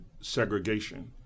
segregation